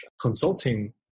consulting